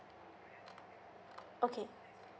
okay